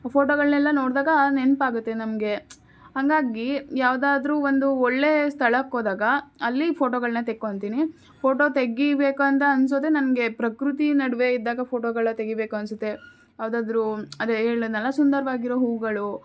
ಫೋಟೊಗಳನ್ನೆಲ್ಲ ನೋಡಿದಾಗ ನೆನಪಾಗುತ್ತೆ ನಮಗೆ ಹಾಗಾಗಿ ಯಾವ್ದಾದರೂ ಒಂದು ಒಳ್ಳೆಯ ಸ್ಥಳಕ್ಕೋದಾಗ ಅಲ್ಲಿ ಫೋಟೊಗಳನ್ನ ತೆಕ್ಕೊತಿನಿ ಫೋಟೊ ತೆಗೀಬೇಕಂತ ಅನ್ನಿಸೋದೇ ನನಗೆ ಪ್ರಕೃತಿ ನಡುವೆ ಇದ್ದಾಗ ಫೋಟೊಗಳು ತೆಗಿಬೇಕು ಅನಿಸುತ್ತೆ ಯಾವ್ದಾದರೂ ಅದೇ ಹೇಳದ್ನಲ್ಲ ಸುಂದರವಾಗಿರೊ ಹೂಗಳು